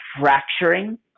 fracturing